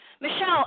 Michelle